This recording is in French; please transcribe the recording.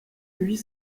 huit